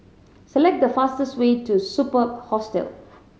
select the fastest way to Superb Hostel